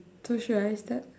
so should I start